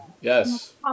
Yes